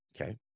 Okay